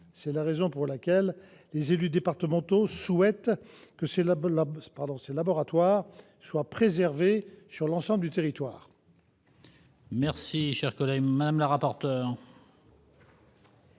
C'est la raison pour laquelle les élus départementaux souhaitent que ces laboratoires soient préservés sur l'ensemble du territoire. Quel est l'avis de la commission